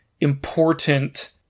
important